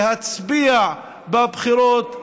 להצביע בבחירות,